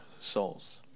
souls